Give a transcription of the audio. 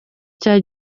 cya